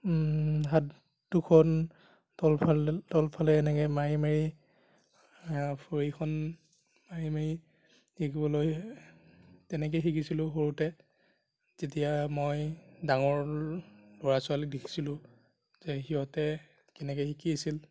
হাত দুখন তল ফালে তল ফালে এনেকে মাৰি মাৰি ভৰিখন মাৰি মাৰি শিকিবলৈ তেনেকে শিকিছিলোঁ সৰুতে যেতিয়া মই ডাঙৰ ল'ৰা ছোৱালীক দেখিছিলোঁ যে সিহঁতে কেনেকে শিকি আছিল